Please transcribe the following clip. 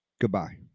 goodbye